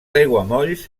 aiguamolls